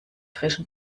frisch